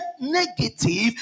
negative